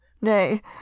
nay